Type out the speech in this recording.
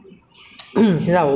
你会冒什么样的心